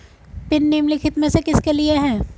Pin निम्नलिखित में से किसके लिए है?